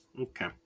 Okay